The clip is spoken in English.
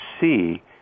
see